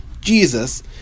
Jesus